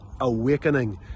awakening